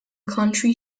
county